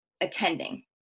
attending